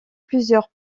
plusieurs